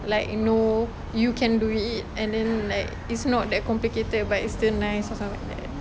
like know you can do it and then like it's not that complicated but it's still nice or stuff like that